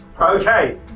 Okay